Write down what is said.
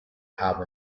have